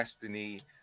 destiny